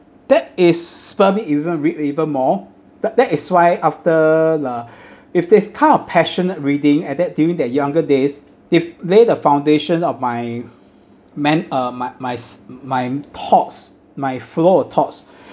that is make me even read even more that that is why after uh if this kind of passionate reading at that during the younger days they lay the foundation of my men uh my my my thoughts my flow of thoughts